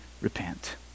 repent